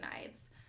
knives